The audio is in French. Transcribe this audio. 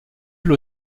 elle